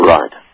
Right